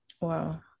Wow